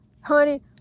honey